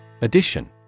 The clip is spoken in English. Addition